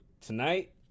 Tonight